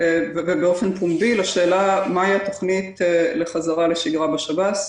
ובאופן פומבי לשאלה מהי התוכנית לחזרה לשגרה בשב"ס.